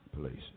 places